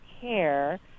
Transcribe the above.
care